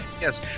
yes